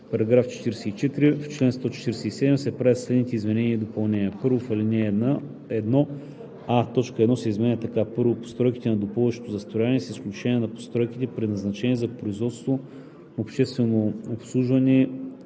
§ 44: „§ 44. В чл. 147 се правят следните изменения и допълнения: 1. В ал. 1: а) точка 1 се изменя така: „1. постройките на допълващото застрояване, с изключение на постройките, предназначени за производство, обществено обслужване